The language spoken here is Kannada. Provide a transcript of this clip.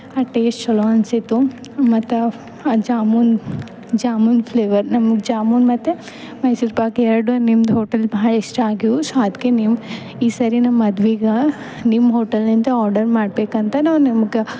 ಆ ಟೇಸ್ಟ್ ಛಲೋ ಅನಿಸಿತ್ತು ಮತ್ತು ಆ ಜಾಮೂನ್ ಜಾಮೂನ್ ಫ್ಲೇವರ್ ನಮ್ಗೆ ಜಾಮೂನ್ ಮತ್ತು ಮೈಸೂರ್ ಪಾಕ್ ಎರಡು ನಿಮ್ದು ಹೋಟಲ್ ಭಾಳ ಇಷ್ಟ ಆಗ್ಯವ್ ಸೊ ಅದಕ್ಕೆ ನೀವು ಇ ಸರಿ ನಮ್ಮ ಮದ್ವೆಗ ನಿಮ್ಮ ಹೋಟಲಿಂದ ಆರ್ಡರ್ ಮಾಡಬೇಕಂತ ನಾವು ನಿಮ್ಗೆ